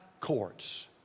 courts